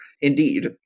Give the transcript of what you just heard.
Indeed